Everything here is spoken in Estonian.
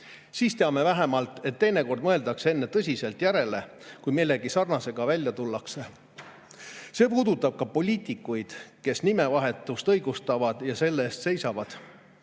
Siis teame vähemalt, et teinekord mõeldakse enne tõsiselt järele, kui millegi sarnasega välja tullakse. See puudutab ka poliitikuid, kes nimevahetust õigustavad ja selle eest seisavad.